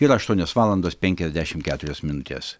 yra aštuonios valandos penkiasdešim keturios minutės